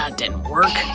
ah didn't work.